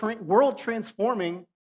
world-transforming